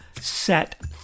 set